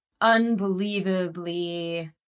unbelievably